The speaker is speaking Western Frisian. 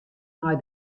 nei